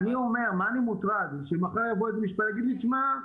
אני אומר שאני מוטרד שמחר יבוא מישהו ויגיד לי שמע,